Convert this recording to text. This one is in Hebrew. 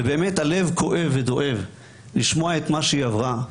שבאמת הלב כואב ודואב לשמוע את מה שהיא עברה,